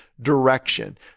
direction